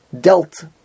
dealt